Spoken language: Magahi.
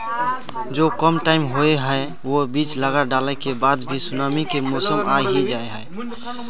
जो कम टाइम होये है वो बीज लगा डाला के बाद भी सुनामी के मौसम आ ही जाय है?